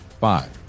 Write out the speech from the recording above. Five